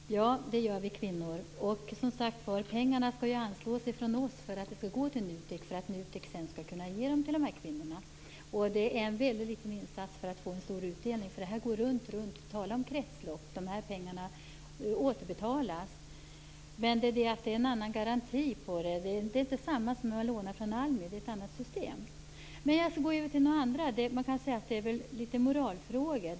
Fru talman! Ja, det gör vi kvinnor. Och pengarna skall anslås från oss, för att de skall gå till NUTEK, som sedan skall kunna ge dem till dessa kvinnor. Det är en väldigt liten insats för att få en stor utdelning. Det här går ju runt - tala om kretslopp! De här pengarna återbetalas. Men det är en annan garanti på det. Det är inte samma sak som att låna från ALMI, utan det är ett annat system. Jag skall gå över till några andra frågor, och det kan sägas vara moralfrågor.